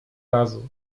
razu